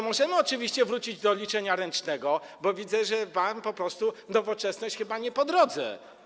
Możemy oczywiście wrócić do liczenia ręcznego, bo widzę, że wam po prostu nowoczesność chyba nie po drodze.